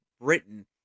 Britain